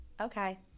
okay